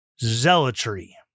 zealotry